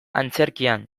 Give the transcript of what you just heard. antzerkian